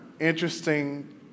interesting